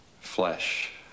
flesh